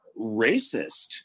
racist